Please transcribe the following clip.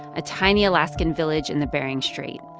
a tiny alaskan village in the bering strait.